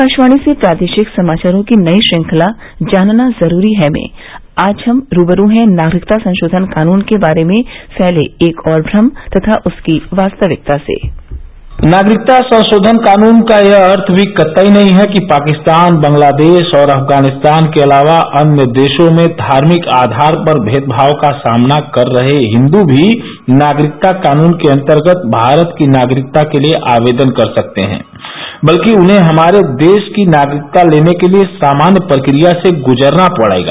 आकाशवाणी के प्रादेशिक समाचारों की नई श्रृंखला जानना जरूरी है में हम आज रूबरू हैं नागरिकता संशोधन कानून के बारे में फैले एक और भ्रम तथा उसकी वास्तविकता से नागरिकता संरोधन कानून का यह अर्थ भी कतई नहीं है कि पाकिस्तान बांग्लादेश और अफगानिस्तान के अलावा अन्य देशों में धार्मिक आधार पर मेदभाव का सामना कर रहे हिन्द्र भी नागरिकता कानून के अंतर्गत भारत की नागरिकता के लिए आवेदन कर सकते हैं बल्कि उन्हें हमारे देश की नागरिकता लेने के लिए सामान्य प्रक्रिया से गुजरना होगा